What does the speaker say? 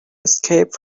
escape